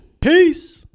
Peace